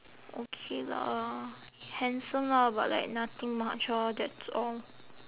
okay lah handsome lah but like nothing much orh that's all